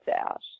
out